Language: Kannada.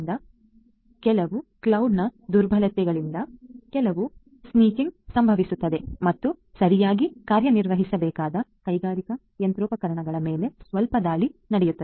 ಏಕೆಂದರೆ ಕೆಲವು ಕ್ಲೌಡ್ ನ ದುರ್ಬಲತೆಯಿಂದಾಗಿ ಕೆಲವು ಸ್ನೀಕಿಂಗ್ ಸಂಭವಿಸುತ್ತದೆ ಮತ್ತು ಸರಿಯಾಗಿ ಕಾರ್ಯನಿರ್ವಹಿಸಬೇಕಾದ ಕೈಗಾರಿಕಾ ಯಂತ್ರೋಪಕರಣಗಳ ಮೇಲೆ ಸ್ವಲ್ಪ ದಾಳಿ ನಡೆಯುತ್ತದೆ